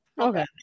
Okay